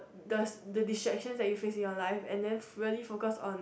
the s~ the distractions that you face in your life and then really focus on